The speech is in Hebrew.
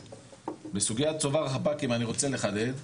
בסוגיית צובר חפ"קים אני רוצה לחדד,